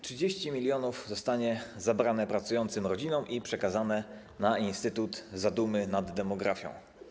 30 mln zostanie zabrane pracującym rodzinom i przekazane na instytut zadumy nad demografią.